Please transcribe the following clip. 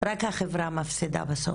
רק החברה מפסידה בסוף,